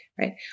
right